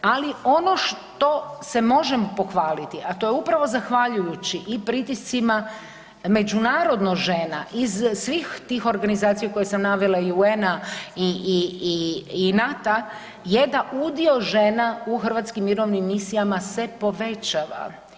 Ali ono što se možemo pohvaliti, a to je upravo zahvaljujući i pritiscima međunarodno žena iz svih tih organizacija koje sam navela i UN-a i NATO-a je da udio žena u hrvatskim mirovnim misijama se povećava.